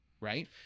right